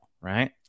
right